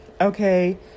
okay